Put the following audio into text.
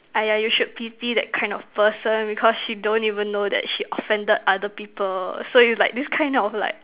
!aiya! you should pity that kind of person because she don't even know that she offended other people so you like this kind of like